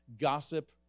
gossip